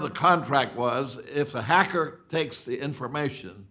the contract was if a hacker takes the information